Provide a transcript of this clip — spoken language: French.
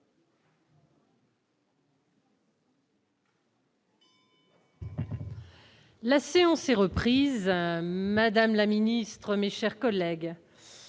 La séance est reprise, madame la ministre, mes chers collègues.